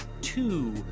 two